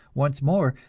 once more,